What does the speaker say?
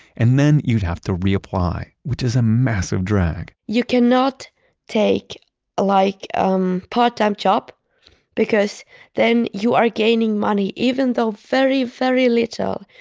and then you'd have to reapply, which is a massive drag. you cannot take like a like um part-time job because then you are gaining money even though very, very little.